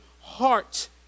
heart